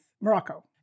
Morocco